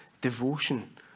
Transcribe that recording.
devotion